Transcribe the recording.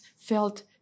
felt